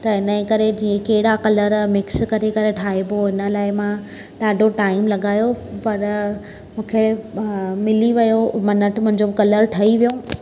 त हिनजे करे जीअं कहिड़ा कलर मिक्स करे करे ठाहिबो हिन लाइ मां ॾाढो टाइम लॻायो पर मूंखे मिली वियो मनठि मुंहिंजो कलर ठही वियो